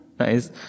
Nice